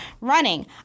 Running